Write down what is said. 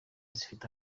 zifite